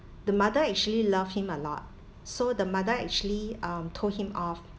the mother actually love him a lot so the mother actually um told him off